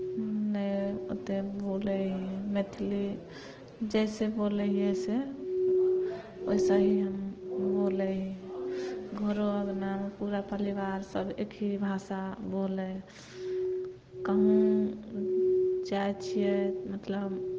नहि ओतेक बोलै हइ मैथिली जइसे बोलै हियै से वइसे ही हम बोलै हइ घरो अङ्गनामे पूरा परिवारसभ एक ही भाषा बोलै हइ कहूँ जाइ छियै मतलब